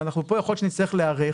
ואנחנו פה יכול להיות שנצטרך להיערך,